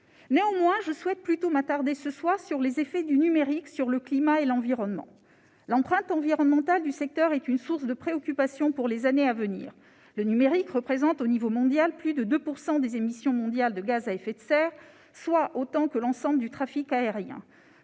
Néanmoins, je souhaite plutôt m'attarder ce soir sur les effets du numérique sur le climat et l'environnement. L'empreinte environnementale du secteur est une source de préoccupations pour les années à venir. Le numérique représente, au niveau mondial, plus de 2 % des émissions de gaz à effet de serre, soit autant que l'ensemble du trafic aérien.